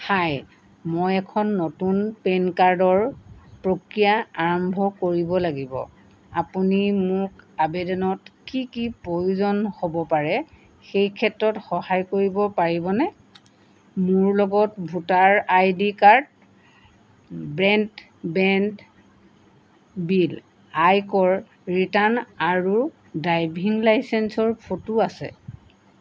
হাই মই এখন নতুন পেন কাৰ্ডৰ প্ৰক্ৰিয়া আৰম্ভ কৰিব লাগিব আপুনি মোক আবেদনত কি কি প্ৰয়োজন হ'ব পাৰে সেই ক্ষেত্ৰত সহায় কৰিব পাৰিবনে মোৰ লগত voter I D card broadband bill আয়কৰ ৰিটাৰ্ণ আৰু ড্ৰাইভিং লাইচেঞ্চৰ ফটো আছে